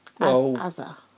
Asa